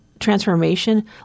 transformation